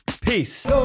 Peace